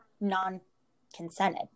non-consented